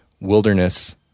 Wilderness